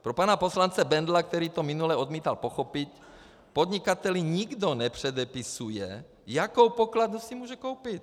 Pro pana poslance Bendla, který to minule odmítal pochopit: Podnikateli nikdo nepředepisuje, jakou pokladnu si může koupit.